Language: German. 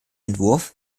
entwurf